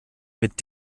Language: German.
mit